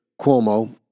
Cuomo